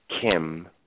Kim